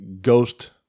ghost